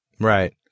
Right